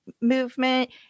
movement